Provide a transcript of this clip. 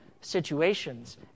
situations